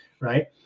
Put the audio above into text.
right